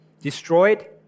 destroyed